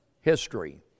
history